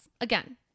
Again